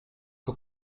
que